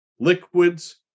liquids